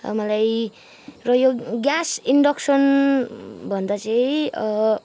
र मलाई र यो ग्यास इन्डक्सनभन्दा चाहिँ